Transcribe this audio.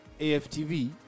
AFTV